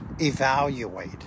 evaluate